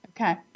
Okay